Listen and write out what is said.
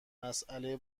مسئله